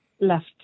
left